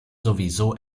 sowieso